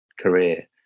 career